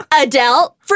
Adele